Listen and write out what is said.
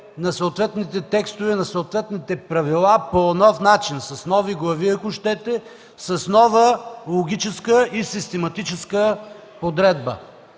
на съответните текстове, на съответните правила по нов начин, с нови глави, ако щете, с нова логическа и систематическа подредба.